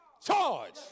Charge